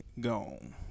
gone